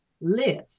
live